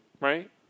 right